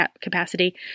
capacity